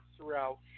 throughout